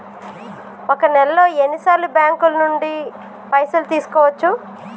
ఒక నెలలో ఎన్ని సార్లు బ్యాంకుల నుండి పైసలు తీసుకోవచ్చు?